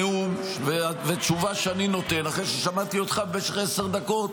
זה נאום ותשובה שאני נותן אחרי ששמעתי אותך במשך עשר דקות